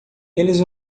eles